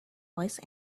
voice